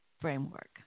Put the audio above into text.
Framework